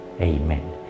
Amen